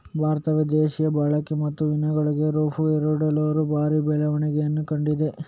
ಭಾರತವು ದೇಶೀಯ ಬಳಕೆ ಮತ್ತು ಮೀನುಗಳ ರಫ್ತು ಎರಡರಲ್ಲೂ ಭಾರಿ ಬೆಳವಣಿಗೆಯನ್ನು ಕಂಡಿದೆ